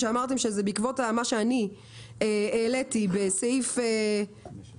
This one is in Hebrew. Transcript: שאמרתם שזה בעקבות מה שאני העליתי בסעיף 15,